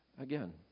again